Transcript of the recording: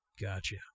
Gotcha